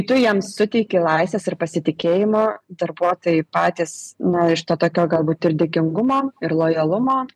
tu jiems suteiki laisvės ir pasitikėjimo darbuotojai patys na iš to tokio galbūt ir dėkingumo ir lojalumo